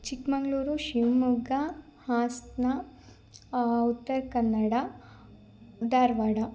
Chikkamagaluru Shivamogga Hassan Uttara Kannada Dharwad